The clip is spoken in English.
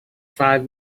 five